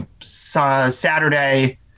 Saturday